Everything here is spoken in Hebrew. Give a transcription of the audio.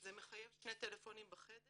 זה מחייב שני טלפונים בחדר